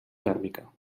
tèrmica